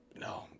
No